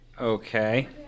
Okay